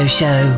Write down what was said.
show